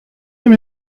them